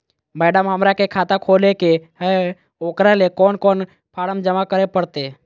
Madam, हमरा के खाता खोले के है उकरा ले कौन कौन फारम जमा करे परते?